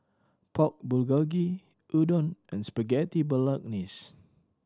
Pork Bulgogi Udon and Spaghetti Bolognese